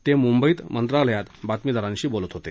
ते मुंबईत मंत्रालयात बातमीदारांशी बोलत होते